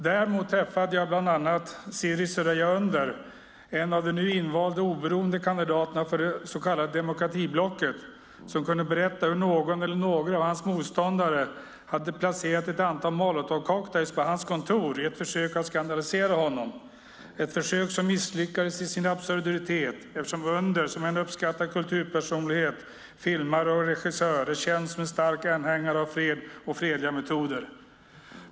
Däremot träffade jag bland annat Sirri Süreyya Önder, en av de nu invalda oberoende kandidaterna för det så kallade demokratiblocket, som kunde berätta hur någon eller några av hans motståndare hade placerat ett antal molotovcocktails på hans kontor i ett försök att skandalisera honom, ett försök som misslyckades i sin absurditet, eftersom Önder, en uppskattad kulturpersonlighet, filmare och regissör, är känd som en stark anhängare av freden och fredliga metoder.